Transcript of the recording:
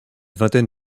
vingtaine